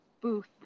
booth